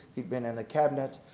he'd been in the cabinets,